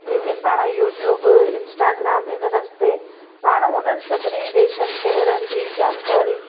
लेकिनि पाणि YouTube Instagram हिन रस्ते पाणि उन्हनि सभिनी देशनि शहरनि जी जानकारी